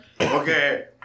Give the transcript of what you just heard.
Okay